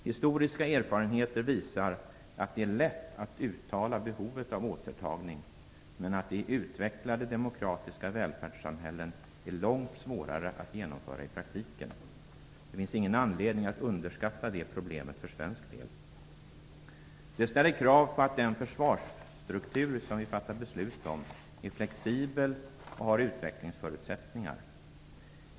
Historiska erfarenheter visar att det är lätt att uttala behovet av återtagning men att en sådan i utvecklade demokratiska välfärdssamhällen är långt svårare att genomföra i praktiken. Det finns ingen anledning att underskatta det problemet för Sveriges del. Detta ställer krav på att den försvarsstruktur som vi fattar beslut om är flexibel och har utvecklingsförutsättningar.